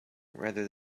rather